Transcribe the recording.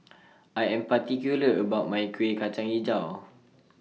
I Am particular about My Kueh Kacang Hijau